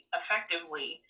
effectively